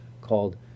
called